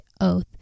oath